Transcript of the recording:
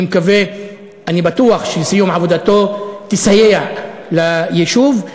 אני בטוח שסיום עבודתו יסייע ליישוב.